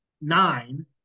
nine